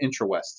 IntraWest